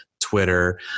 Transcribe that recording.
Twitter